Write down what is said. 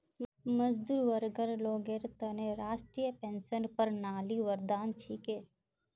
मजदूर वर्गर लोगेर त न राष्ट्रीय पेंशन प्रणाली वरदान छिके